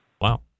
Wow